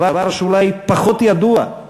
דבר שאולי פחות ידוע: